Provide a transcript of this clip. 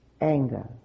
anger